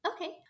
Okay